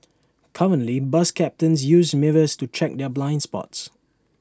currently bus captains use mirrors to check their blind spots